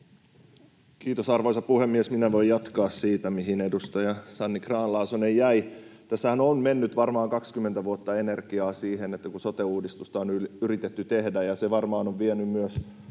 Kiitos, arvoisa puhemies! Minä voin jatkaa siitä, mihin edustaja Sanni Grahn-Laasonen jäi. Tässähän on mennyt varmaan 20 vuotta energiaa siihen, kun sote-uudistusta on yritetty tehdä, ja se varmaan on vienyt myös